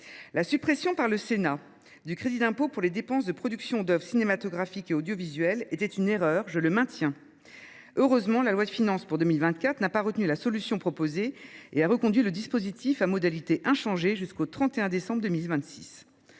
La suppression par le Sénat du crédit d’impôt pour les dépenses de production d’offres cinématographiques et audiovisuelles était une erreur, je le maintiens. Heureusement, la loi de finances pour 2024 n’a pas retenu la solution proposée et a reconduit le dispositif sans en changer les modalités jusqu’au 31 décembre 2026.